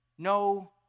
No